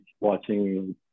watching